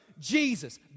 Jesus